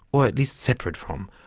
or at least separate from,